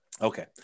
Okay